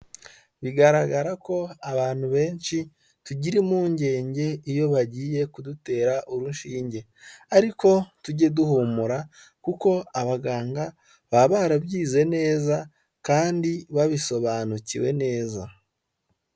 Bigaragara ko abantu benshi tugira impungenge iyo bagiye kudutera urushinge, ariko tujye duhumura kuko abaganga baba barabyize neza kandi babisobanukiwe neza.